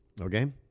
Okay